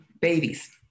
babies